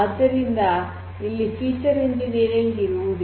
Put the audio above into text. ಆದ್ದರಿಂದ ಇಲ್ಲಿ feature engineering ಇರುವುದಿಲ್ಲ